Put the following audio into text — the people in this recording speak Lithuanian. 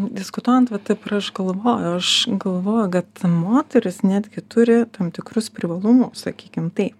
diskutuojant va taip ir aš galvoju aš galvoju kad moterys netgi turi tam tikrus privalumus sakykim taip